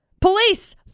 Police